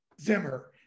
Zimmer